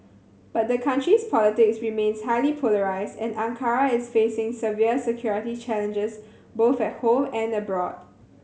but the country's politics remains highly polarised and Ankara is facing severe security challenges both at home and abroad